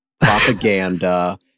propaganda